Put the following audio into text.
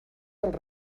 dels